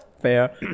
Fair